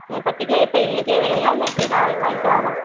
பத்துக்கிலோ இப்போ இன்னைக்கே வேணுங்களா இல்லை எப்படி நாளைக்கு வாங்கித்தரலாமா